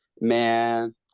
Man